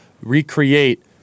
recreate